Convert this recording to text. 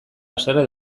haserre